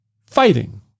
Fighting